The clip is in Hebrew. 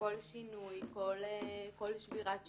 כל שינוי, כל שבירת שגרה,